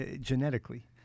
genetically